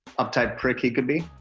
uptight prick he could be.